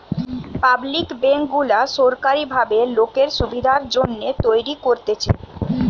public bank গুলা সোরকারী ভাবে লোকের সুবিধার জন্যে তৈরী করতেছে